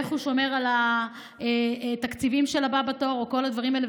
ואיך הוא שומר על התקציבים של הבא בתור או כל הדברים האלה,